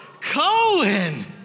Cohen